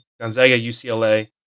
Gonzaga-UCLA